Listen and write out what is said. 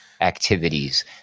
activities